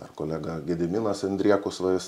ar kolega gediminas andriekus va jis